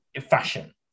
fashion